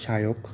Sayak